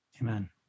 Amen